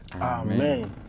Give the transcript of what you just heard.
Amen